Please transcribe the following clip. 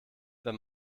wenn